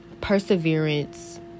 perseverance